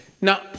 Now